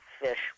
fish